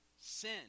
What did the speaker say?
sin